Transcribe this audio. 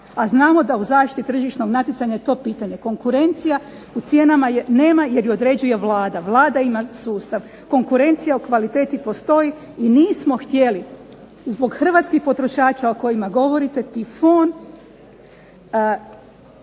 a znamo da u zaštiti tržišnog natjecanja je to pitanje, konkurencija u cijenama je nema jer je određuje Vlada. Vlada ima sustav. Konkurencija u kvaliteti postoji, i nismo htjeli zbog hrvatskih potrošača o kojima govorite Tifon